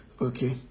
Okay